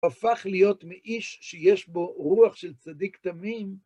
הפך להיות מאיש שיש בו רוח של צדיק תמים.